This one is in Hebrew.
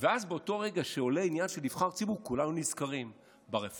ואז באותו רגע שעולה עניין של נבחר ציבור כולנו נזכרים ברפורמות,